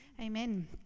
Amen